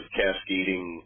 cascading